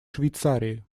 швейцарии